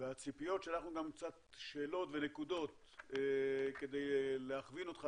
שלחנו גם קצת שאלות ונקודות כדי להכווין אותך,